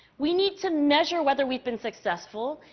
we need to measure whether we've been successful,